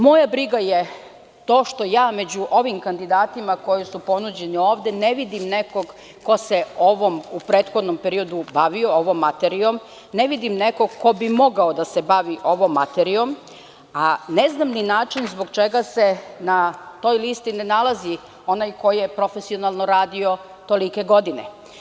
Moja briga je to što među ovim kandidatima, koji su ponuđeni ovde, ne vidim nekog ko se bavio ovom materijom u prethodnom periodu, ne vidim nekog ko bi mogao da se bavi ovom materijom, a ne znam ni način zbog čega se na toj listi ne nalazi onaj ko je profesionalno radio tolike godine.